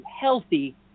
healthy